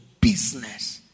business